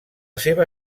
seva